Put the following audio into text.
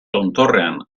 tontorrean